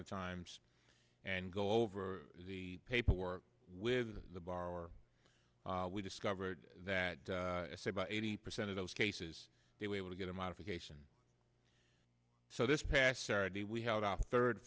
of times and go over the paperwork with the borrower we discovered that say about eighty percent of those cases they were able to get a modification so this past saturday we had our third